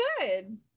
good